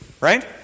Right